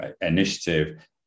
initiative